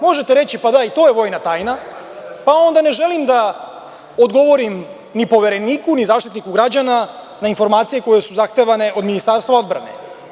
Možete reći – da, i to je vojna tajna, pa onda ne želim da odgovorim ni Povereniku ni Zaštitniku građana na informacije koje su zahtevane od Ministarstva odbrane.